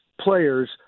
players